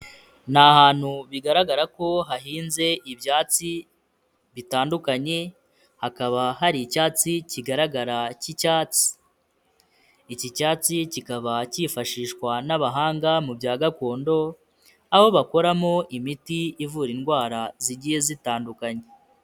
Ni ahantu bigaragara ko hahinze ibyatsi bitandukanye, hakaba hari icyatsi kigaragara cy'icyatsi. Iki cyatsi kikaba cyifashishwa n'abahanga mu bya gakondo, aho bakoramo imiti ivura indwara zigiye zitandukanye.